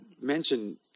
mention